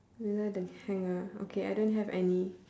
below the hanger okay I don't have any